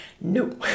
No